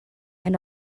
and